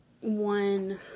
one